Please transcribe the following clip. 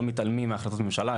לא מתעלמים מהחלטות ממשלה,